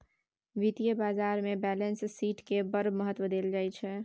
वित्तीय बाजारमे बैलेंस शीटकेँ बड़ महत्व देल जाइत छै